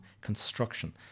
construction